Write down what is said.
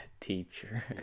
teacher